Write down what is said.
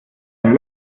ein